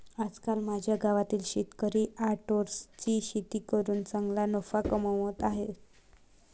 आजकाल माझ्या गावातील शेतकरी ओट्सची शेती करून चांगला नफा कमावत आहेत